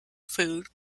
food